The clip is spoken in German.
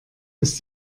ist